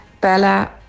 Bella